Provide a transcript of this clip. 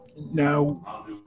Now